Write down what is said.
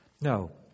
No